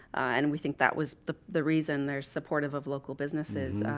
and we think that was the the reason they're supportive of local businesses.